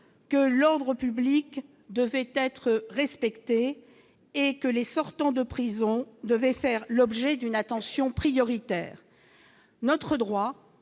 que l'ordre public devait être respecté et que les sortants de prison devait faire l'objet d'une attention prioritaire notre droit,